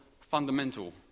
fundamental